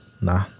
nah